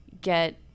get